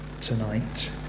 tonight